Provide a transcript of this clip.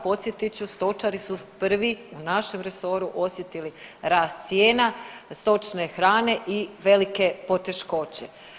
Podsjetit ću, stočari su prvi u našem resoru osjetili rast cijena, stočne hrane i velike poteškoće.